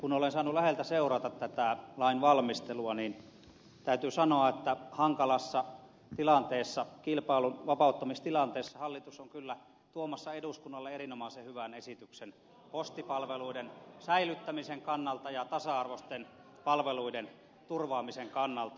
kun olen saanut läheltä seurata tätä lainvalmistelua niin täytyy sanoa että hankalassa tilanteessa kilpailun vapauttamistilanteessa hallitus on kyllä tuomassa eduskunnalle erinomaisen hyvän esityksen postipalveluiden säilyttämisen kannalta ja tasa arvoisten palveluiden turvaamisen kannalta